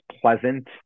pleasant